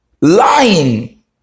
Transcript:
lying